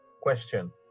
Question